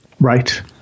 Right